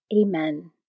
Amen